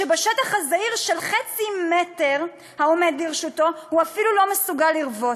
כשבשטח הזעיר של חצי המטר העומד לרשותו הוא אפילו לא מסוגל לרבוץ.